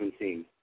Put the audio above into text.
2017